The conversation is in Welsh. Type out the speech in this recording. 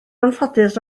anffodus